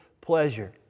pleasure